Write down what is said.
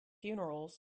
funerals